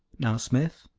now, smith,